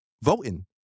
Voting